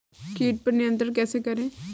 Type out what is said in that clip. कीट पर नियंत्रण कैसे करें?